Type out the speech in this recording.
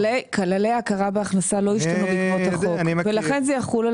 כללי ההכרה בהכנסה לא השתנו בעקבות החוק ולכן זה יחול על